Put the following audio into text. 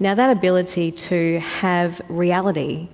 that ability to have reality